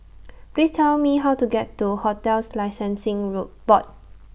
Please Tell Me How to get to hotels Licensing Road Board